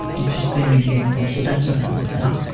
it's just very beautiful. so that's what i would play.